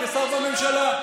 כשר בממשלה.